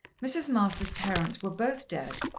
mrs. masters' parents were both dead,